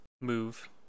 move